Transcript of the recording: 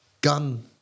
gun